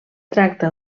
tracta